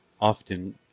Often